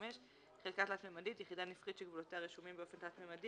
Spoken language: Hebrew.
1965‏; "חלקה תלת־ממדית" יחידה נפחית שגבולותיה רשומים באופן תלת־ממדי,